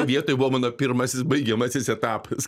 vietoje buvo mano pirmasis baigiamasis etapas